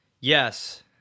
Yes